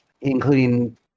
including